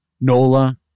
Nola